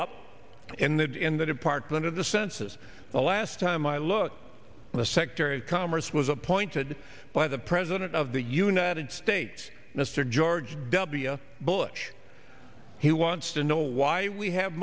up in that in the department of the census the last time i looked the secretary of commerce was appointed by the president of the united states mr george w bush he wants to know why we have